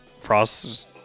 Frost –